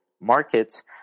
markets